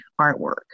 artwork